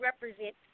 represent